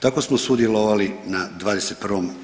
Tako smo sudjelovali na 21.